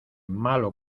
malo